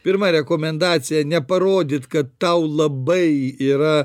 pirma rekomendacija neparodyt kad tau labai yra